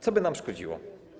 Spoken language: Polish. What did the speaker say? Co by nam szkodziło?